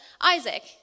Isaac